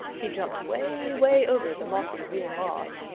he jumped way, way over the mossy green log.